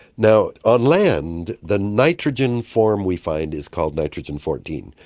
now, on land the nitrogen form we find is called nitrogen fourteen,